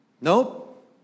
Nope